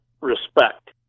respect